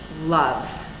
love